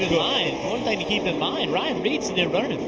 um thing to keep in mind, ryan reed is